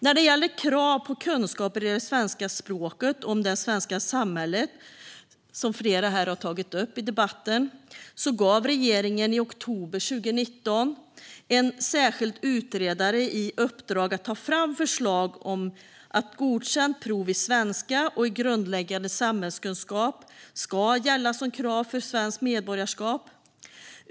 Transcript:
När det gäller krav på kunskaper i det svenska språket och om det svenska samhället, som flera har tagit upp i debatten, gav regeringen i oktober 2019 en särskild utredare i uppdrag att ta fram förslag om att godkänt prov i svenska och i grundläggande samhällskunskap ska gälla som krav för svenskt medborgarskap.